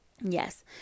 yes